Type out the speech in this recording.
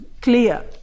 clear